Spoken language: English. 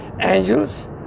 angels